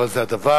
אבל זה הדבר